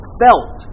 felt